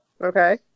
Okay